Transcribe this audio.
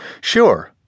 Sure